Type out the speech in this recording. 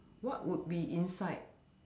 what would be inside